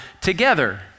together